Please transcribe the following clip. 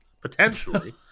potentially